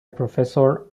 professor